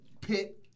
pit